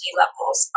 levels